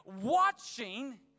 watching